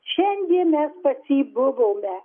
šiandien mes pas jį buvome